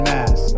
Mass